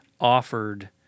offered